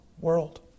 world